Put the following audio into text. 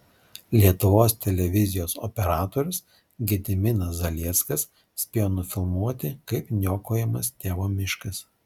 lietuvos televizijos operatorius gediminas zalieckas spėjo nufilmuoti kaip niokojamas tėvo miškas